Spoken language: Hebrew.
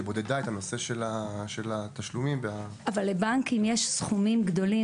בודדה את הנושא של התשלומים --- לבנקים יש סכומים גדולים,